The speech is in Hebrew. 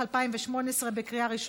חבר הכנסת עמר בר-לב,